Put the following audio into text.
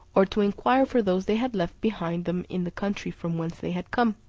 or to inquire for those they had left behind them in the country from whence they had come,